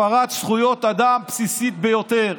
הפרת זכויות אדם בסיסית ביותר,